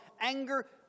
anger